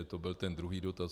To byl ten druhý dotaz.